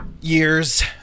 years